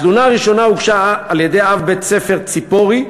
התלונה הראשונה הוגשה על-ידי אב בית-הספר "ציפורי",